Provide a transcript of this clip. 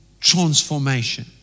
transformation